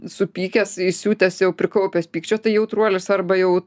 supykęs įsiutęs jau prikaupęs pykčio tai jautruolis arba jau